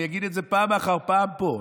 אני אגיד את זה פעם אחר פעם פה.